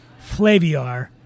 Flaviar